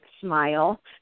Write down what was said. Smile